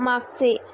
मागचे